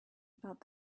about